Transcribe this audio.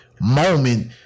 moment